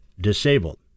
disabled